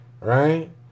right